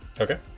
Okay